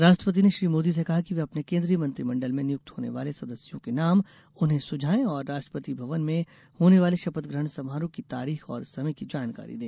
राष्ट्रपति ने श्री मोदी से कहा कि वे अपने केन्द्रीय मंत्रिमंडल में नियुक्त होने वाले सदस्यों के नाम उन्हें सुझाएं और राष्ट्रपति भवन में होने वाले शपथ ग्रहण समारोह की तारीख और समय की जानकारी दें